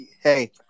Hey